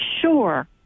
sure